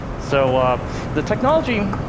so, the technology,